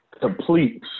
complete